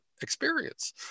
experience